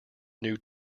new